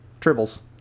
Tribbles